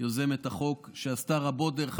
היא יוזמת החוק ועשתה רבות, אגב,